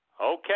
Okay